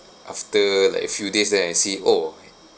after like a few days then I see oh